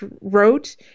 wrote